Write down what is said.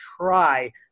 try